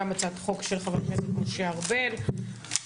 גם הצעת חוק של חבר הכנסת משה ארבל שמעורה